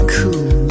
cool